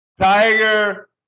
Tiger